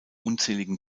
unzähligen